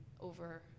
over